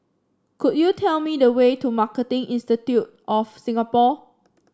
could you tell me the way to Marketing Institute of Singapore